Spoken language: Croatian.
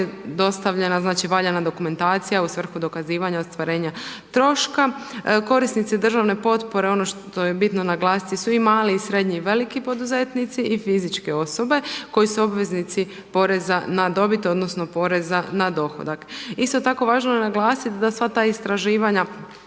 dostavljena valjana dokumentacija u svrhu dokazivanja ostvarenja troška. Korisnici državne potpore ono što je bitno naglasiti su i mali i srednji i veliki poduzetnici i fizičke osobe koji su obveznici poreza na dobit odnosno poreza na dohodak. Isto tako važno je naglasiti da sva ta istraživanja